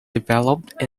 developed